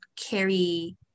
carry